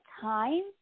time